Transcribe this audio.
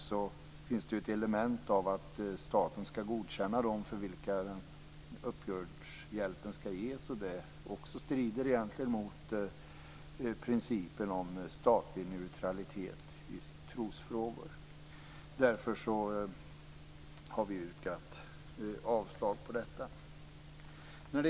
Vidare finns det ju ett element av att staten skall godkänna dem för vilka uppbördshjälpen skall ges. Och det strider också egentligen mot principen om statlig neutralitet i trosfrågor. Därför har vi yrkat avslag på detta.